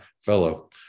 fellow